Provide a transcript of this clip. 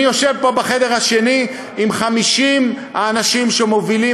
אני יושב פה בחדר השני עם 50 האנשים שמובילים